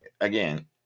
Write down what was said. again